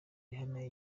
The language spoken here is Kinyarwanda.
rihana